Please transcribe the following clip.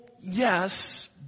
yes